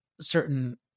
certain